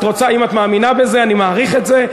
אם את מאמינה בזה אני מעריך את זה,